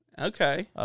Okay